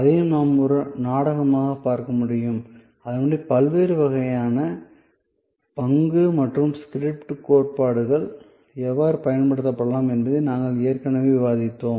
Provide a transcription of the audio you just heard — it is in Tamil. அதையும் நாம் ஒரு நாடகமாக பார்க்க முடியும் அதன்படி பல்வேறு வகையான பங்கு மற்றும் ஸ்கிரிப்ட் கோட்பாடுகள் எவ்வாறு பயன்படுத்தப்படலாம் என்பதை நாங்கள் ஏற்கனவே விவாதித்தோம்